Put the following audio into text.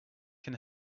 can